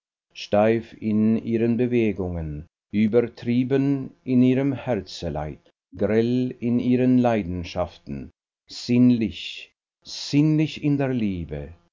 steif in ihren bewegungen übertrieben in ihrem herzeleid grell in ihren leidenschaften sinnlich sinnlich in der liebe